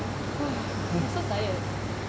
I'm so tired